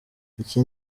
iki